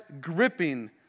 gripping